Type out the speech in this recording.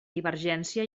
divergència